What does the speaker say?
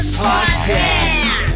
podcast